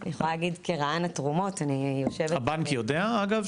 אני יכולה להגיד כרען התרומות --- הבנק יודע אגב?